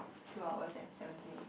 two hours and seventeen minutes